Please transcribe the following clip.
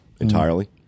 entirely